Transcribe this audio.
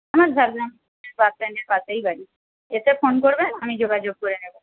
আমার ঝাড়গ্রাম বাসস্ট্যান্ডের পাশেই বাড়ি এসে ফোন করবেন আমি যোগাযোগ করে নেব